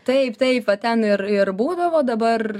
taip taip va ten ir ir būdavo dabar